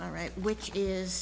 all right which is